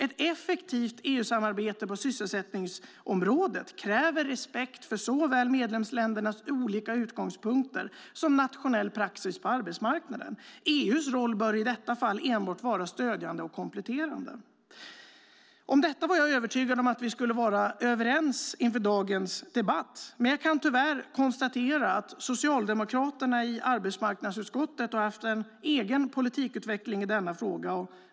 Ett effektivt EU-samarbete på sysselsättningsområdet kräver respekt för såväl medlemsländernas olika utgångspunkter som nationell praxis på arbetsmarknaden. EU:s roll bör i detta fall enbart vara stödjande och kompletterande. Jag var övertygad om att vi skulle vara överens om detta inför dagens debatt, men jag kan tyvärr konstatera att socialdemokraterna i arbetsmarknadsutskottet har haft en egen politikutveckling i denna fråga.